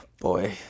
Boy